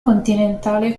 continentale